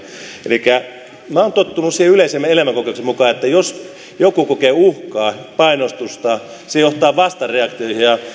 elikkä minä olen tottunut siihen yleisen elämänkokemuksen mukaan että jos joku kokee uhkaa painostusta se johtaa vastareaktioihin